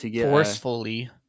Forcefully